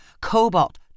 Cobalt